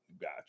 Gotcha